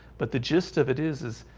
but the gist of it is is